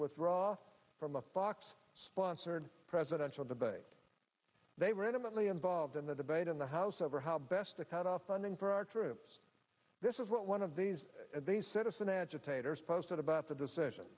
withdraw from a box sponsored presidential debate they were intimately involved in the debate in the house over how best to cut off funding for our troops this is what one of these citizen agitators posted about the decision